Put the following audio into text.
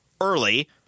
early